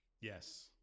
Yes